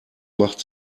macht